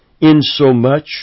insomuch